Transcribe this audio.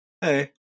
hey